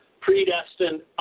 Predestined